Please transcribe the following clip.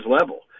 level